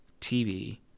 TV